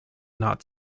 not